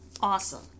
Awesome